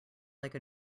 like